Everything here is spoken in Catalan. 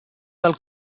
del